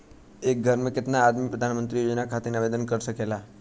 एक घर के केतना आदमी प्रधानमंत्री योजना खातिर आवेदन कर सकेला?